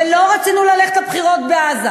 ולא רצינו ללכת לבחירות בעזה,